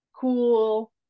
cool